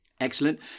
Excellent